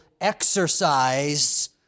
exercise